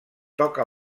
toca